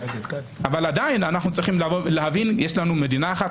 אבל עדיין אנחנו צריכים להבין שיש לנו מדינה אחת,